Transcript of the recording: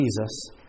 Jesus